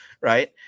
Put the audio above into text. Right